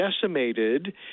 decimated